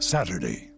Saturday